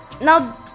Now